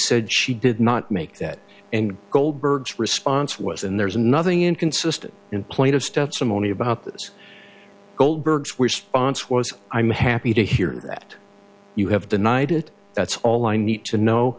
said she did not make that and goldberg's response was and there's nothing inconsistent in plenty of stuff some only about those goldberg's were sponsors was i'm happy to hear that you have denied it that's all i need to know